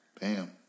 Bam